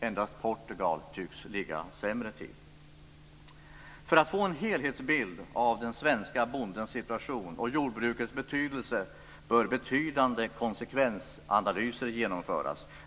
Endast Portugal tycks ligga sämre till. För att få en helhetsbild av den svenska bondens situation och jordbrukets betydelse bör betydande konsekvensanalyser genomföras.